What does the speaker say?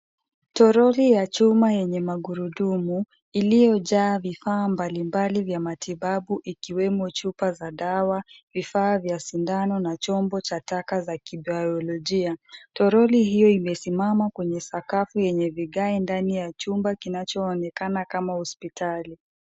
Toroli ya chuma yenye magurudumu iliyojaa vifaa mbalimbali vya matibabu ikiwemo chupa za dawa, vifaa vya sindano na chombo cha taka cha kibayolojia. Toroli hiyo imesimama kwenye sakafu yenye vigae ndani ya chumba kinachoonekana kama hospitali.